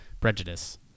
prejudice